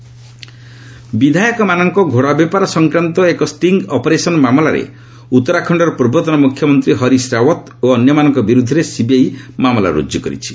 CBI Rawat ବିଧାୟକମାନଙ୍କ ଘୋଡ଼ା ବେପାର ସଂକ୍ରାନ୍ତ ଏକ ଷ୍ଟିଙ୍ଗ୍ ଅପରେସନ୍ ମାମଲାରେ ଉତ୍ତରାଖଣର ପୂର୍ବତନ ମୁଖ୍ୟମନ୍ତ୍ରୀ ହରିଶ ରାଓ୍ଚତ ଓ ଅନ୍ୟମାନଙ୍କ ବିରୁଦ୍ଧରେ ସିବିଆଇ ମାମଲା ରୁଜୁ କରିଛି